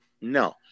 No